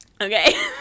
Okay